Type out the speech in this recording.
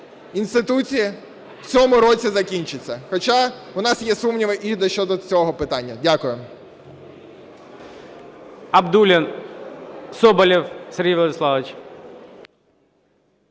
інституції в цьому році закінчаться. Хоча у нас є сумніви і щодо цього питання. Дякую.